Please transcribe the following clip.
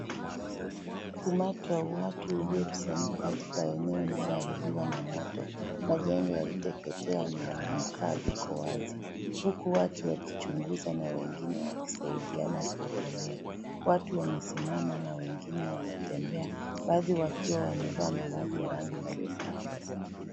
Umati wa watu uliokusanyika katika eneo lililoharibiwa na moto. Majengo yaliteketea na mtaa iko wazi huku watu wakichunguza na wengine wakisaidia kuokolea. Watu wamesimama na wengine wanatembea wazi wakiwa wamevaa mavazi ya rangi mbali mbali.